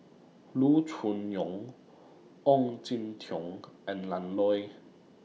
Loo Choon Yong Ong Jin Teong and Ian Loy